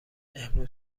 امروز